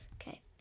okay